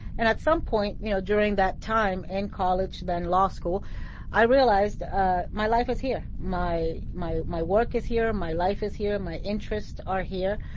and at some point, you know, during that time in college then law school i realized ah my life is here. my my my work is here. my life is here. my interests are here,